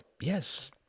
Yes